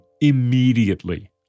immediately